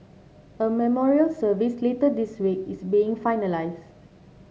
a memorial service later this week is being finalised